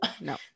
No